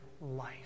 life